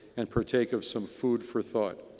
and partake of some food for thought.